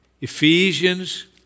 Ephesians